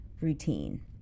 routine